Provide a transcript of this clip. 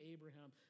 Abraham